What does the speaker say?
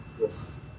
yes